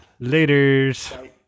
Laters